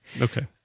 okay